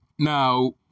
Now